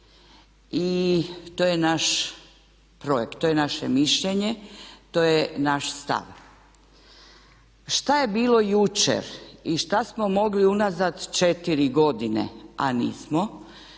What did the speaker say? i to je naš projekt, to je naše mišljenje, to je naš stav. Šta je bilo jučer i šta smo mogli unazad četiri godine, a nismo